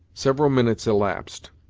several minutes elapsed,